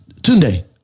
Tunde